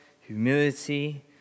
humility